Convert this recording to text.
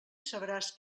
sabràs